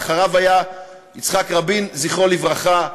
ואחריו היה יצחק רבין, זכרו לברכה,